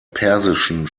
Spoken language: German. persischen